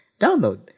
download